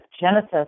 genesis